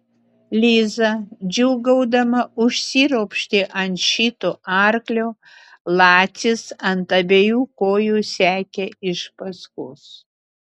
liza džiūgaudama užsiropštė ant šito arklio lacis ant abiejų kojų sekė iš paskos